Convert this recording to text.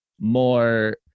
more